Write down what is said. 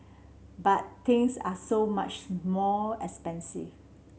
but things are so much more expensive